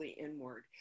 inward